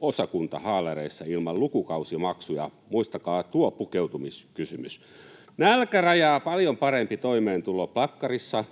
osakuntahaalareissa ilman lukukausimaksuja — muistakaa tuo pukeutumiskysymys. Nälkärajaa paljon parempi toimeentulo plakkarissa,